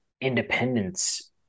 independence